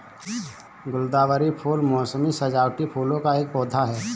गुलदावरी फूल मोसमी सजावटी फूलों का एक पौधा है